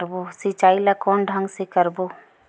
सिंचाई ल कोन ढंग से करबो?